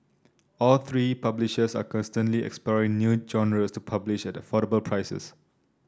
all three publishers are constantly exploring new genres to publish at affordable prices